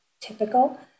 typical